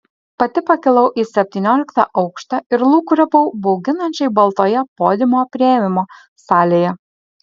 pati pakilau į septynioliktą aukštą ir lūkuriavau bauginančiai baltoje podiumo priėmimo salėje